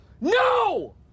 No